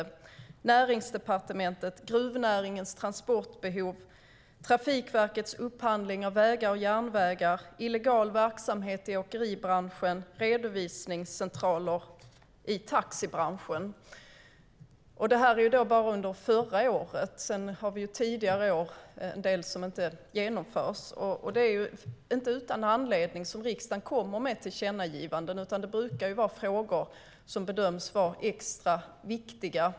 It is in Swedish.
På Näringsdepartementet handlar det om gruvnäringens transportbehov, Trafikverkets upphandling av vägar och järnvägar, illegal verksamhet i åkeribranschen och redovisningscentraler i taxibranschen. Det här är bara under förra året; vi har även sedan tidigare år en del som inte genomförs. Det är inte utan anledning som riksdagen kommer med tillkännagivanden, utan det brukar vara frågor som bedöms vara extra viktiga.